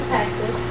Texas